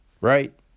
right